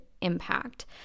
impact